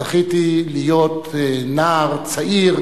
זכיתי להיות נער צעיר,